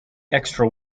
extra